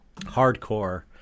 hardcore